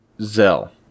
Zell